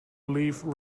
leave